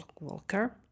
walker